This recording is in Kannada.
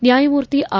ನ್ನಾಯಮೂರ್ತಿ ಆರ್